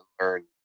learn